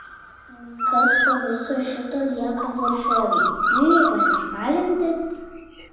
kas po viso šito lieka varžovei tyliai pasišalinti